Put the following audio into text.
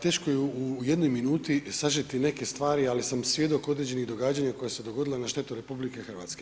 Teško je u 1 minuti sažeti neke stvari, ali sam svjedok određenih događanja koja su se dogodila na štetu RH.